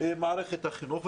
מערכת החינוך.